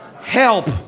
Help